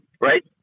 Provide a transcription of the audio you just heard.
Right